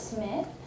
Smith